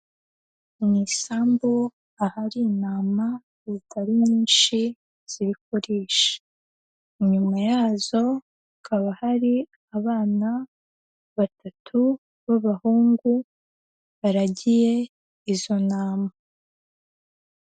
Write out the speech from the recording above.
Mu isambu ahari intama zitari nyinshi ziri kurisha, inyuma yazo hakaba hari abana batatu b'abahungu baragiye izo ntama.